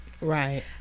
right